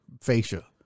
fascia